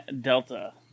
Delta